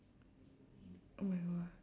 oh my god